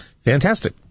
Fantastic